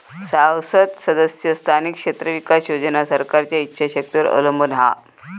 सांसद सदस्य स्थानिक क्षेत्र विकास योजना सरकारच्या ईच्छा शक्तीवर अवलंबून हा